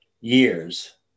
years